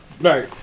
right